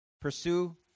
Pursue